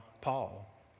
Paul